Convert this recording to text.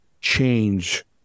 change